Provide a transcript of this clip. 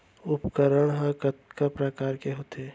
उपकरण हा कतका प्रकार के होथे?